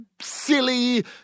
Silly